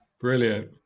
Brilliant